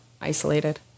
isolated